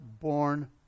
born